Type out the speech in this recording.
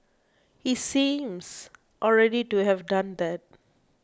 he seems already to have done that